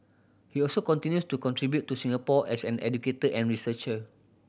he also continues to contribute to Singapore as an educator and researcher